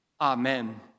Amen